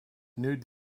nude